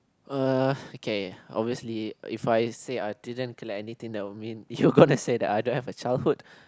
uh okay obviously if I say I didn't collect anything that will mean you gonna say that I don't have a childhood